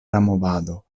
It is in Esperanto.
movado